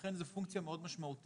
לכן זו פונקציה מאוד משמעותית.